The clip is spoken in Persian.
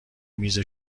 میز